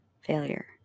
failure